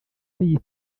ariyo